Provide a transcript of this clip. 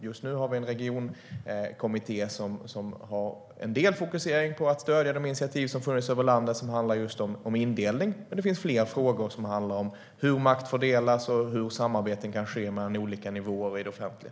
Just nu har vi en regionkommitté som har en del fokusering på att stödja de initiativ som funnits över landet och som handlar om indelning, men det finns fler frågor som handlar om hur makt fördelas och hur samarbeten kan ske mellan olika nivåer i det offentliga.